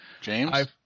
James